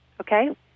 okay